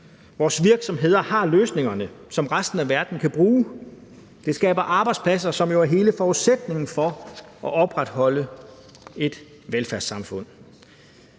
Vores virksomheder har løsningerne, som resten af verden kan bruge. Det skaber arbejdspladser, som jo er hele forudsætningen for at opretholde et velfærdssamfund.